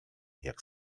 jak